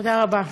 תודה רבה,